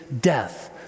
death